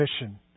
mission